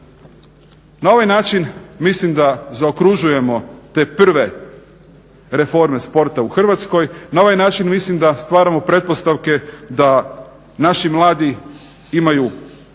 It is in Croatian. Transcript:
Na ovaj način mislim da zaokružujemo te prve reforme sporta u Hrvatskoj. Na ovaj način mislim da stvaramo pretpostavke da naši mladi imaju i uzore